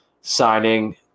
signing